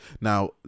Now